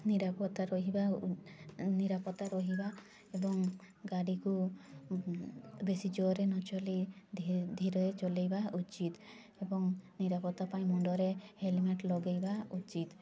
ନିରାପତ୍ତା ରହିବା ଓ ନିରାପତ୍ତା ରହିବା ଏବଂ ଗାଡ଼ିକୁ ବେଶୀ ଜୋରରେ ନଚଲେଇ ଧିରେ ଚଲେଇବା ଉଚିତ୍ ଏବଂ ନିରାପତ୍ତା ପାଇଁ ମୁଣ୍ଡରେ ହେଲ୍ମେଟ୍ ଲଗେଇବା ଉଚିତ୍